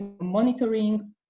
monitoring